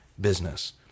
business